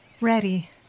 Ready